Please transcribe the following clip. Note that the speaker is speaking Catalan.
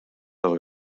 del